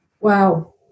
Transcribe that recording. Wow